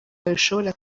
bishobora